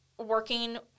working